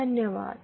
धन्यवाद